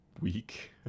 Week